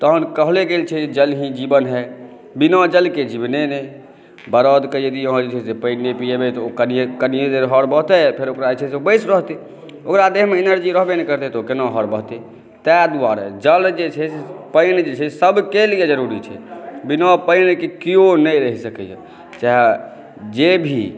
तहन कहले गेल छै जल ही जीवन है बिना जलके जीवने नहि बरदक यदि अहाँ पानी नहि पिएबै तऽ ओ कनिए देर हर बहतै फेर ओकरा जे छै ओ बैसि रहतै ओकरा देहमे एनर्जी रहबे नहि करतै तऽ ओ केना हर बहतै ताहि दुआरे जल जे छै पानि जे छै से सभके लिए ज़रूरी छै बिना पानिके किओ नहि रहि सकैए चाहे जे भी